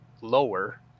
lower